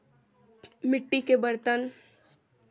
मिट्टी के बर्तन